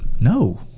no